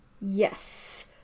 Yes